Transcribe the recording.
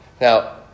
Now